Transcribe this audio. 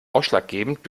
ausschlaggebend